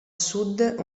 sud